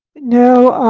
no,